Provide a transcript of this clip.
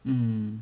mm